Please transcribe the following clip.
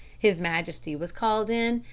his majesty was called in,